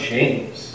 James